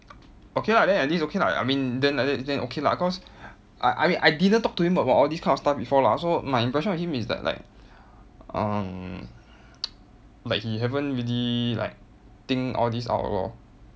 okay lah then at least okay lah I mean then like that then okay lah cause I I mean I didn't talk to him about all these kind of stuff before lah so my impression of him is like like um like he haven't really like think all this out lor